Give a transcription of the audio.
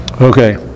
Okay